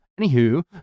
anywho